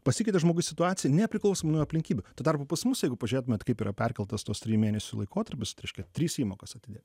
pasikeitė žmogui situacija nepriklausomai nuo aplinkybių tuo tarpu pas mus jeigu pažiūrėtumėt kaip yra perkeltas tas trijų mėnesių laikotarpis tai reiškia tris įmokas atidėt